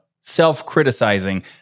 self-criticizing